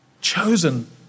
Chosen